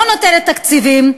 לא נותנת תקציבים,